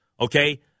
okay